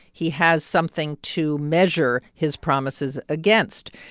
he has something to measure his promises against.